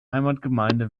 heimatgemeinde